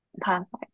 perfect